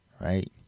right